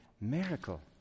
miracle